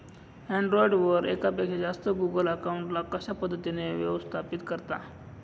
Android वर एकापेक्षा जास्त गुगल अकाउंट ला कशा पद्धतीने व्यवस्थापित करता?